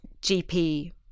GP